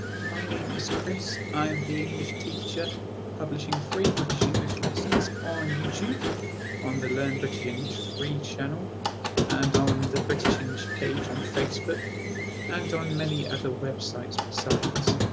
my name is chris i'm the english teacher publishing free british english lessons on youtube on the learn british english free channel and on the british english page on facebook and on many other websites besides.